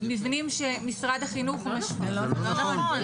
מבנים שמשרד החינוך --- לא נכון.